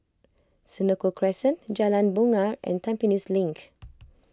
Senoko Crescent Jalan Bungar and Tampines Link